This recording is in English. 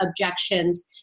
objections